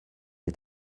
est